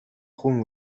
خون